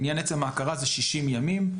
לעניין עצם ההכרה זה 60 ימים.